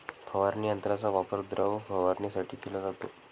फवारणी यंत्राचा वापर द्रव फवारणीसाठी केला जातो